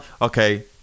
okay